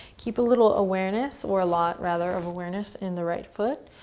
keep a little awareness, or a lot, rather, of awareness in the right foot.